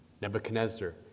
Nebuchadnezzar